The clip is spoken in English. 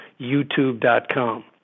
YouTube.com